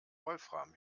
wolfram